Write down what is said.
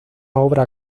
obra